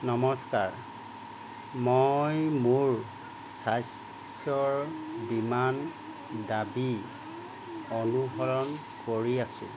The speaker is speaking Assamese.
নমস্কাৰ মই মোৰ স্বাস্থ্য বীমাৰ দাবী অনুসৰণ কৰি আছোঁ